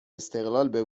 استقلال